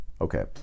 Okay